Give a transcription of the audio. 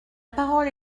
parole